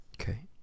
Okay